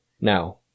Now